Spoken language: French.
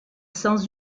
sans